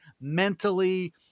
mentally